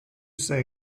say